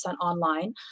online